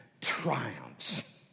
triumphs